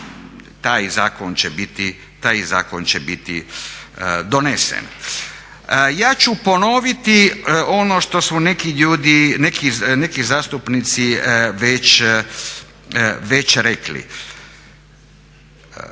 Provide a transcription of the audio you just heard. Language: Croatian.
taj zakon će biti donesen. Ja ću ponoviti ono što su neki ljudi, neki zastupnici već rekli,